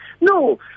No